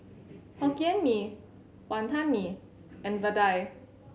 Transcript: Hokkien Mee Wonton Mee and Vadai